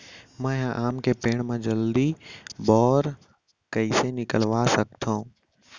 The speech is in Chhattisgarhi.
मैं ह आम के पेड़ मा जलदी बौर कइसे निकलवा सकथो?